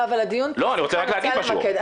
אני רוצה למקד,